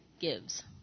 gives